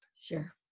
sure